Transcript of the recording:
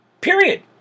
Period